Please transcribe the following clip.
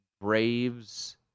Braves